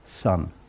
son